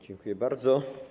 Dziękuję bardzo.